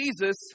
Jesus